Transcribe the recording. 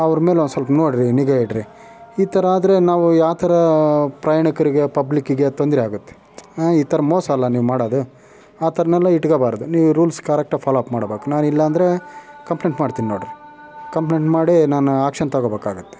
ಅವ್ರಮೇಲೆ ಒಂದುಸ್ವಲ್ಪ ನೋಡಿರಿ ನಿಗಾ ಇಡ್ರಿ ಈ ಥರ ಆದರೆ ನಾವು ಯಾವ್ತರ ಪ್ರಯಾಣಿಕರಿಗೆ ಪಬ್ಲಿಕ್ಕಿಗೆ ತೊಂದರೆಯಾಗತ್ತೆ ಈ ಥರ ಮೋಸ ಅಲಾ ನೀವು ಮಾಡೋದು ಆತರ್ನೆಲ್ಲ ಇಟ್ಗಬಾರ್ದು ನೀವು ರೂಲ್ಸ್ ಕರೆಕ್ಟಾಗಿ ಫಾಲೋಅಪ್ ಮಾಡಬೇಕ್ ನಾನು ಇಲ್ಲಾಂದರೆ ಕಂಪ್ಲೇಂಟ್ ಮಾಡ್ತೀನಿ ನೋಡಿರಿ ಕಂಪ್ಲೇಂಟ್ ಮಾಡಿ ನಾನು ಆ್ಯಕ್ಷನ್ ತೊಗೊಬೇಕಾಗತ್ತೆ